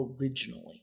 originally